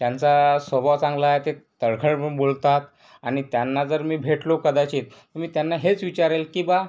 त्यांचा स्वभाव चांगला आहे ते तळखळपन बोलतात आणि त्यांना जर मी भेटलो कदाचित मी त्यांना हेच विचारेल की बा